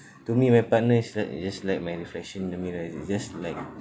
to me my partner is like just like my reflection in the mirror it's just like